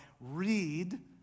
read